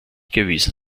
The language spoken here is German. gewesen